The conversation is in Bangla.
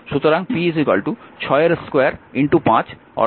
সুতরাং p 2 5 180 ওয়াট